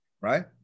Right